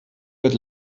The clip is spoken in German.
wird